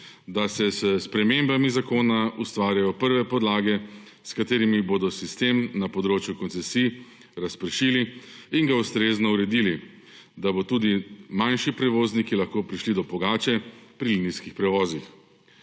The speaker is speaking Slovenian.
da se s spremembami zakona ustvarjajo prve podlage, s katerimi bodo sistem na področju koncesij razpršili in ga ustrezno uredili, da bodo tudi manjši prevozniki lahko prišli do pogače pri linijskih prevozih.